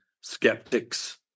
skeptics